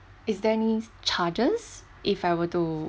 is there any charges if I were to